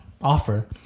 offer